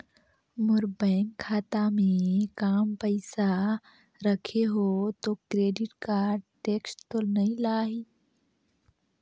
मोर bank खाता मे काम पइसा रखे हो तो क्रेडिट कारड टेक्स तो नइ लाही???